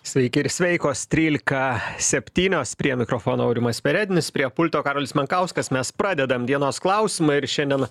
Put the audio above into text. sveiki ir sveikos trylika septynios prie mikrofono aurimas perednis prie pulto karolis mankauskas mes pradedam dienos klausimą ir šiandien